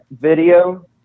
video